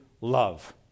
love